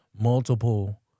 multiple